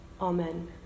Amen